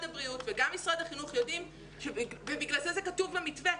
הבריאות וגם משרד החינוך ולכן זה כתוב במתווה,